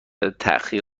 تأخیر